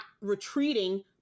retreating